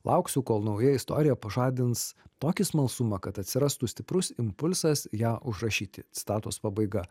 lauksiu kol nauja istorija pažadins tokį smalsumą kad atsirastų stiprus impulsas ją užrašyti citatos pabaiga